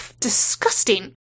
disgusting